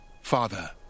Father